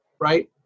right